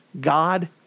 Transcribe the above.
God